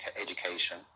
education